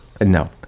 no